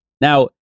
Now